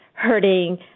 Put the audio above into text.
hurting